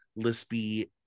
lispy